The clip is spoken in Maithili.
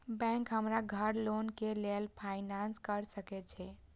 बैंक हमरा घर लोन के लेल फाईनांस कर सके छे?